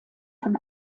von